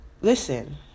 listen